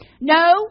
No